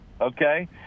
Okay